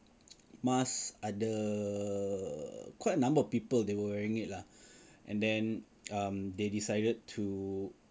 mask ada quite a number of people they were wearing it lah and then um they decided to